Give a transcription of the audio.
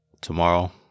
Tomorrow